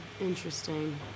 interesting